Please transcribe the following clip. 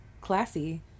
classy